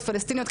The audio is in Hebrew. פלשתיניות,